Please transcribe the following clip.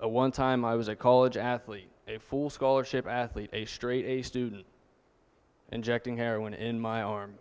one time i was a college athlete a full scholarship athlete a straight a student injecting heroin in my arm